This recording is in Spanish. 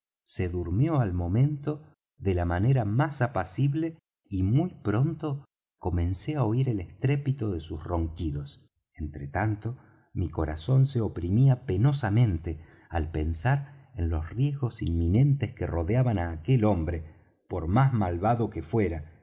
se durmió al momento de la manera más apacible y muy pronto comencé á oir el estrépito de sus ronquidos entre tanto mi corazón se oprimía penosamente al pensar en los riesgos inminentes que rodeaban á aquel hombre por más malvado que fuera